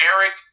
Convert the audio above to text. Eric